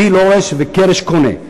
ג'י לורש וקארש קונה.